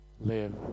live